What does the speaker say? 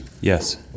Yes